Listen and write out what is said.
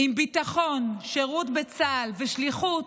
אם ביטחון, שירות בצה"ל ושליחות